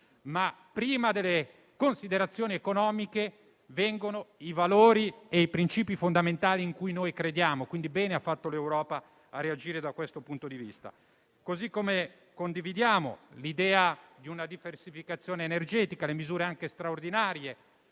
prima delle considerazioni economiche vengono i valori e i principi fondamentali in cui noi crediamo. Quindi bene ha fatto l'Unione europea a reagire da questo punto di vista. Allo stesso modo condividiamo l'idea di una diversificazione energetica, di misure straordinarie